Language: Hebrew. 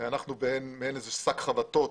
אנחנו מעין שק חבטות